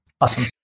Awesome